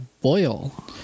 boil